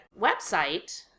website